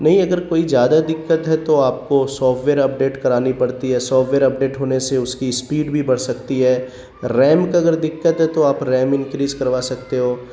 نہیں اگر کوئی زیادہ دقت ہے تو آپ کو سافٹ ویئر اپڈیٹ کرانی پڑتی ہے سافٹ ویئر اپڈیٹ ہونے سے اس کی اسپیڈ بھی بڑھ سکتی ہے ریم کا اگر دقت ہے تو آپ ریم انکریز کروا سکتے ہو